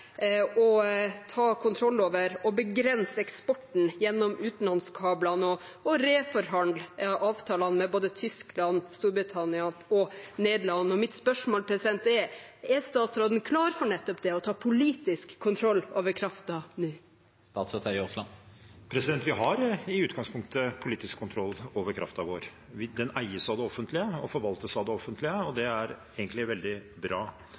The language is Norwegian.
ta kontroll over og begrense eksporten gjennom utenlandskablene og reforhandle avtalen med både Tyskland, Storbritannia og Nederland. Mitt spørsmål er: Er statsråden klar for nettopp det, å ta politisk kontroll over kraften nå? Vi har i utgangspunktet politisk kontroll over kraften vår. Den eies av det offentlige og forvaltes av det offentlige, og det er egentlig veldig bra.